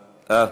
אה,